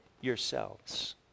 yourselves